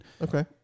Okay